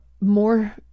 more